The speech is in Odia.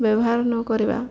ବ୍ୟବହାର ନ କରିବା